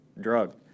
drug